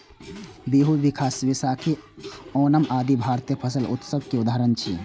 बीहू, बैशाखी, ओणम आदि भारतीय फसल उत्सव के उदाहरण छियै